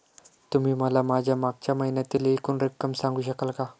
तुम्ही मला माझ्या मागच्या महिन्यातील एकूण रक्कम सांगू शकाल का?